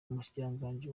umushikiranganji